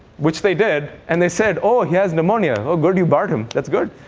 which they did. and they said oh, he has pneumonia. oh, good you brought him. that's good.